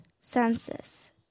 census